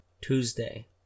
Tuesday